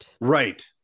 Right